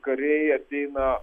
kariai ateina